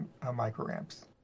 microamps